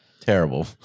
terrible